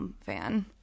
fan